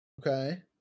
Okay